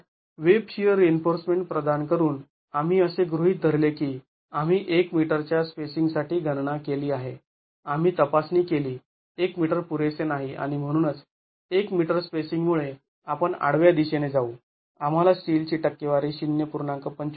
तर web shear reinforcement प्रदान करून आम्ही असे गृहीत धरले की आम्ही १ मीटर च्या स्पेसिंगसाठी गणना केली आहे आम्ही तपासणी केली १ मीटर पुरेसे नाही आणि म्हणूनच १ मीटर स्पेसिंगमुळे आपण आडव्या दिशेने जाऊ आम्हाला स्टीलची टक्केवारी ०